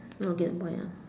not getting point ah